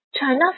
China